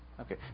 Okay